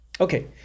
okay